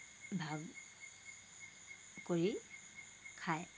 ভাগ কৰি খায়